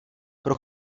pro